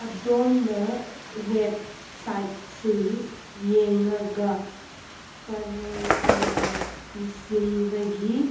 ꯑꯗꯣꯝꯅ ꯋꯦꯞꯁꯥꯏꯠꯁꯤꯡ ꯌꯦꯡꯉꯒ ꯄꯔꯦꯡ ꯑꯣꯏꯅ ꯏꯁꯤꯟꯕꯒꯤ